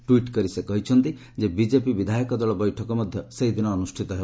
tweet କରି ସେ କହିଛନ୍ତି ଯେ ବିଜେପି ବିଧାୟକ ଦଳ ବୈଠକ ମଧ୍ୟ ସେହିଦିନ ଅନୁଷ୍ଠିତ ହେବ